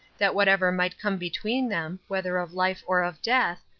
that whatever might come between them, whether of life or of death,